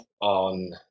on